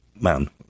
man